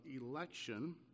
election